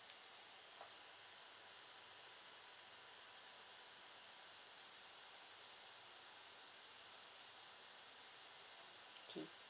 okay